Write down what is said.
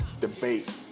debate